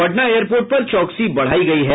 Patna airport पर चौकसी बढ़ाई गई है